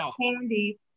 candy